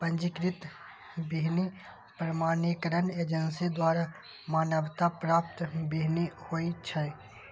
पंजीकृत बीहनि प्रमाणीकरण एजेंसी द्वारा मान्यता प्राप्त बीहनि होइ छै